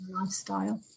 lifestyle